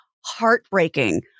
heartbreaking